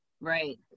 Right